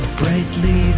brightly